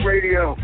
Radio